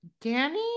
danny